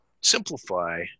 simplify